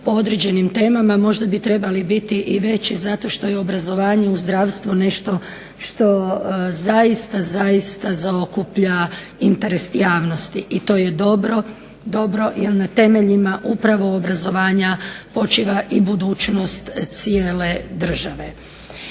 o određenim temama. Možda bi trebali biti i veći zato što je obrazovanje u zdravstvu nešto što zaista, zaista zaokuplja interes javnosti i to je dobro jer na temeljima upravo obrazovanja počiva i budućnost cijele države.